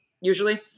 usually